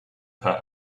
per